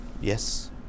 Yes